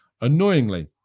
annoyingly